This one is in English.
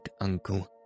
uncle